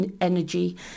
energy